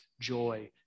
joy